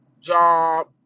Job